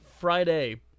Friday